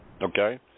Okay